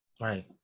Right